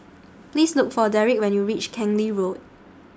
Please Look For Derrick when YOU REACH Keng Lee Road